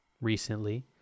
recently